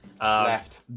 left